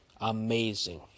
Amazing